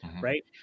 right